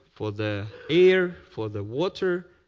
for the air, for the water,